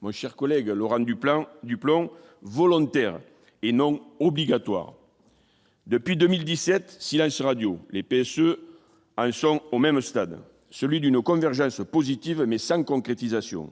mon cher collègue, Laurent du plan du plan volontaire et non obligatoire depuis 2017 si l'AS radio les PSE à un sont au même stade, celui du nos convergences positives mais sans concrétisation